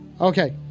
Okay